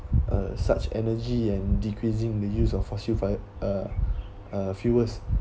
uh such energy and decreasing the use of fossil fo~ uh fuels